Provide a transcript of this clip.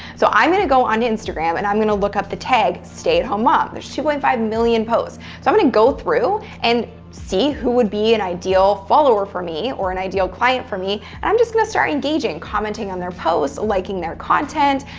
so, i'm going to go on to instagram and i'm going to look up the tag, stay at home mom. there's two point five million posts. so i'm going to go through, and see who would be an ideal follower for me, or an ideal client for me. and i'm just going to start engaging, commenting on their posts, liking their content,